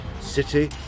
City